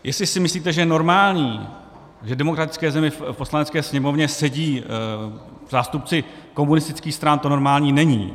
Jestli si myslíte, že je normální, že v demokratické zemi v Poslanecké sněmovně sedí zástupci komunistických stran, tak to normální není.